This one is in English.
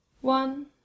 One